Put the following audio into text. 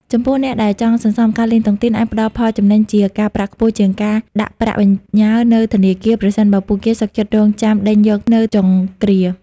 ចំពោះអ្នកដែលចង់សន្សំ ការលេងតុងទីនអាចផ្ដល់ផលចំណេញជាការប្រាក់ខ្ពស់ជាងការដាក់ប្រាក់បញ្ញើនៅធនាគារ ប្រសិនបើពួកគេសុខចិត្តរង់ចាំដេញយកនៅចុងគ្រា។